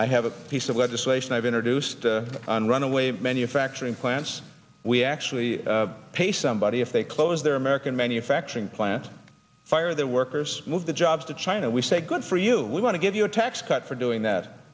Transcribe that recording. i have a piece of legislation i've introduced on runaway manufacturing plants we actually pay somebody if they close their american manufacturing plant fire their workers move the jobs to china we say good for you we want to give you a tax cut for doing that